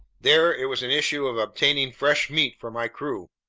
there it was an issue of obtaining fresh meat for my crew.